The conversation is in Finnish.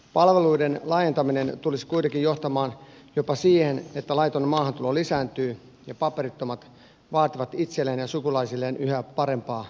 palveluiden laajentaminen tulisi kuitenkin johtamaan jopa siihen että laiton maahantulo lisääntyy ja paperittomat vaativat itselleen ja sukulaisilleen yhä parempaa palvelua